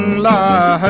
la